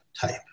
type